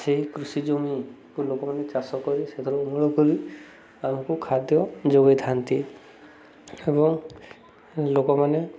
ସେହି କୃଷି ଜମିକୁ ଲୋକମାନେ ଚାଷ କରି ସେଥିରୁ ଅମଳ କରି ଆମକୁ ଖାଦ୍ୟ ଯୋଗେଇଥାନ୍ତି ଏବଂ ଲୋକମାନେ